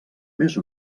més